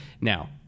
Now